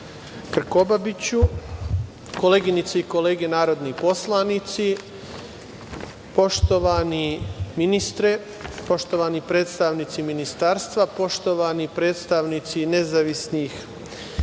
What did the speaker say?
Krkobabiću, koleginice i kolege narodni poslanici, poštovani ministre, poštovani predstavnici ministarstva, poštovani predstavnici nezavisnih